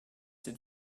ces